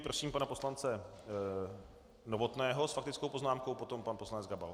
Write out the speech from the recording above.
Prosím pana poslance Novotného s faktickou poznámkou, potom pan poslanec Gabal.